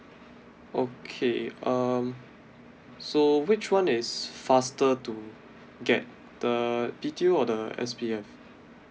okay um so which one is faster to get the B_T_O or the S_B_F